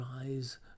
rise